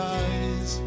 eyes